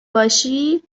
باشی